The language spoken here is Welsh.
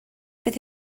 beth